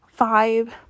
vibe